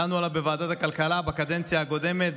דנו עליו בוועדת הכלכלה בקדנציה הקודמת,